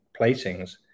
placings